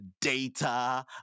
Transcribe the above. data